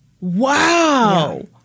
Wow